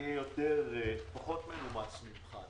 אהיה פחות מנומס ממך.